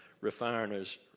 refiners